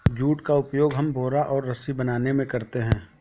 jute का उपयोग हम बोरा और रस्सी बनाने में करते हैं